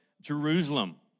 Jerusalem